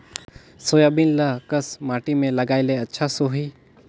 Soybean ल कस माटी मे लगाय ले अच्छा सोही?